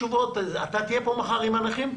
אתה תהיה פה מחר עם הנכים?